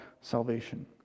salvation